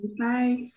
Bye